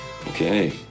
Okay